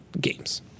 games